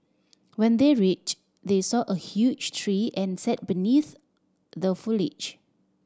when they reached they saw a huge tree and sat beneath the foliage